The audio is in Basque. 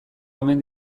omen